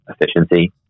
efficiency